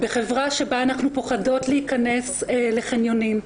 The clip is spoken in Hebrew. בחברה שבה אנחנו פוחדות להיכנס לחניונים,